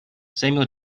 samuel